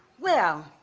well,